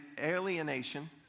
alienation